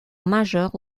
majeure